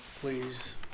Please